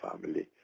family